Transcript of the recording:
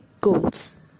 goals